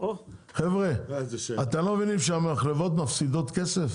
חבר'ה, אתם לא מבינים שהמחלבות מפסידות כסף?